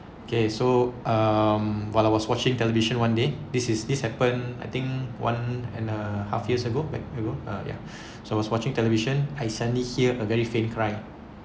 okay so um while I was watching television one day this is this happen I think one and a half years ago back ago ah ya so I was watching television I suddenly hear a very faint cry